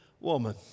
woman